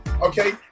Okay